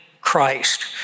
Christ